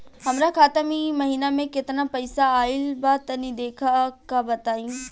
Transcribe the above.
हमरा खाता मे इ महीना मे केतना पईसा आइल ब तनि देखऽ क बताईं?